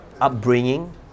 upbringing